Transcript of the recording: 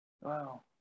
Wow